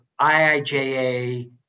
IIJA